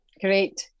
Great